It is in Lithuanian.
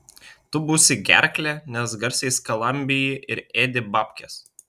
tu būsi gerklė nes garsiai skalambiji ir ėdi babkes